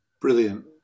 Brilliant